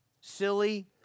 silly